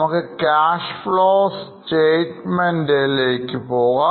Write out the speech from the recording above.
നമുക്ക് Cash Flow Statement ലേക്ക് പോകാം